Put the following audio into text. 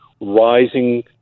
rising